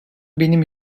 benim